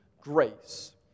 grace